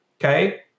Okay